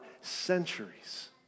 centuries